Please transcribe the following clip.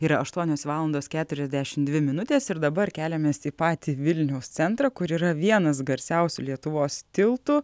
yra aštuonios valandos keturiasdešim dvi minutės ir dabar keliamės į patį vilniaus centrą kur yra vienas garsiausių lietuvos tiltų